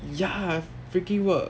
ya freaking work